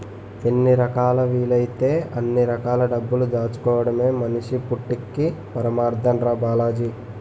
ఎన్ని రకాలా వీలైతే అన్ని రకాల డబ్బులు దాచుకోడమే మనిషి పుట్టక్కి పరమాద్దం రా బాలాజీ